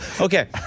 Okay